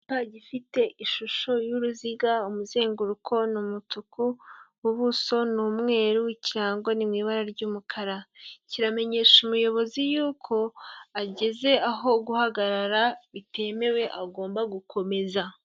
Icyapa gifite ishusho y'uruziga, umuzenguruko ni umutuku, ubuso ni umweru ikirango ni mu ibara ry'umukara, kiramenyesha umuyobozi yuko ageze aho guhagarara bitemewe agomba gukomeza.